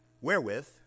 wherewith